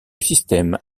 système